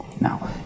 Now